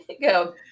Go